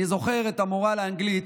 אני זוכר את המורה לאנגלית,